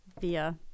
via